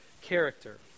character